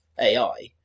AI